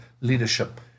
Leadership